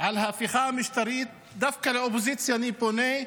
על ההפיכה המשטרית דווקא לאופוזיציה אני פונה,